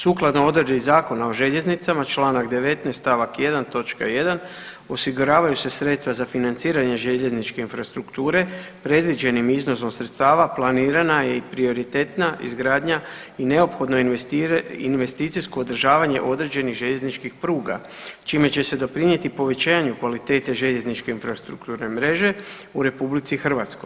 Sukladno odredbi Zakona o željeznicama čl. 18. st. 1. točka 1. osiguravaju se sredstva za financiranje željezničke infrastrukture predviđenim iznosom sredstava planirana je i prioritetna izgradnja i neophodno investicijsko održavanje određenih željezničkih pruga, čime će se doprinijeti povećanju kvalitete željezničke infrastrukturne mreže u RH.